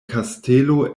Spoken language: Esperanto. kastelo